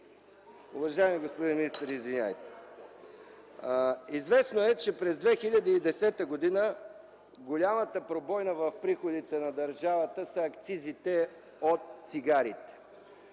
Уважаеми господин министър, извинявайте. Известно е, че през 2010 г. голямата пробойна в приходите на държавата са акцизите от цигарите,